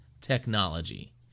technology